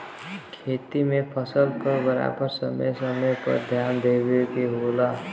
खेती में फसल क बराबर समय समय पर ध्यान देवे के होला